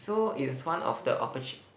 so it's one of the opport~